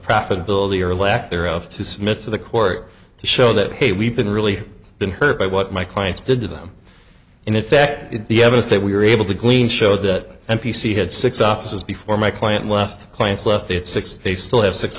profitability or lack there of to submit to the court to show that hey we've been really been hurt by what my clients did to them in effect the evidence they were able to glean showed that n p c had six offices before my client left clients left at six they still have s